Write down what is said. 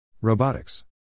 Robotics